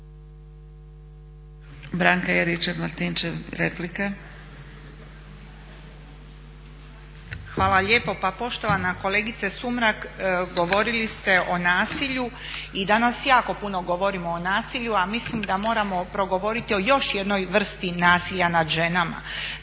**Juričev-Martinčev, Branka (HDZ)** Hvala lijepo. Pa poštovana kolegice Sumrak, govorili ste o nasilju i danas jako puno govorimo o nasilju a mislim da moramo progovoriti o još jednoj vrsti nasilja nad ženama.